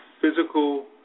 physical